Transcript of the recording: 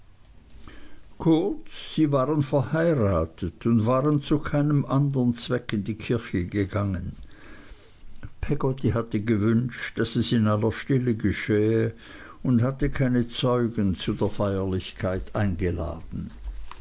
kurz sie waren verheiratet und waren zu keinem andern zweck in die kirche gegangen peggotty hatte gewünscht daß es in aller stille geschähe und hatte keine zeugen zu der feierlichkeit eingeladen